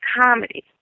comedy